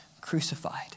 crucified